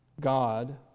God